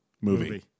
Movie